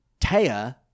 Taya